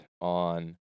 on